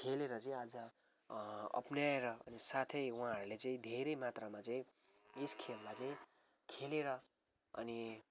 खेलेर चाहिँ आज अपनाएर अनि साथै उहाँहरूले चाहिँ धेरै मात्रमा चाहिँ यस खेललाई चाहिँ खेलेर अनि